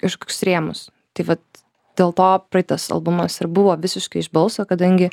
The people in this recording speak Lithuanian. kažkokius rėmus taip vat dėl to praitas albumas ir buvo visiškai iš balso kadangi